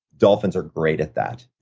dolphins are great at that.